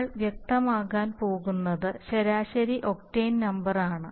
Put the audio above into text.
നിങ്ങൾ വ്യക്തമാക്കാൻ പോകുന്നത് ശരാശരി ഒക്ടേൻ നമ്പറാണ്